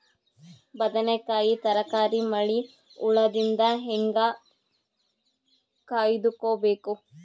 ಬದನೆಕಾಯಿ ತರಕಾರಿ ಮಳಿ ಹುಳಾದಿಂದ ಹೇಂಗ ಕಾಯ್ದುಕೊಬೇಕು?